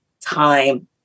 time